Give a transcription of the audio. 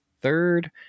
third